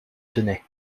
tenait